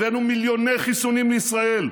הבאנו מיליוני חיסונים לישראל,